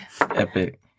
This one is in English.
Epic